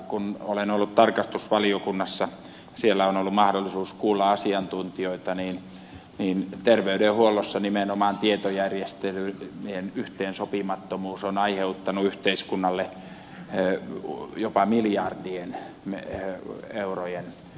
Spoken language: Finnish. kun olen ollut tarkastusvaliokunnassa ja siellä on ollut mahdollisuus kuulla asiantuntijoita niin terveydenhuollossa nimenomaan tietojärjestelmien yhteensopimattomuus on aiheuttanut yhteiskunnalle jopa miljardien eurojen menetykset kustannukset